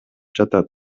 жатат